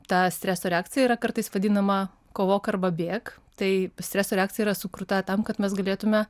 ta streso reakcija yra kartais vadinama kovok arba bėk tai streso reakcija yra sukurta tam kad mes galėtume